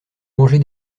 manger